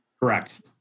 Correct